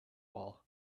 wall